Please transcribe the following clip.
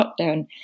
lockdown